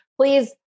please